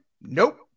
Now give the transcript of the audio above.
nope